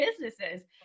businesses